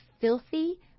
filthy